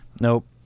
nope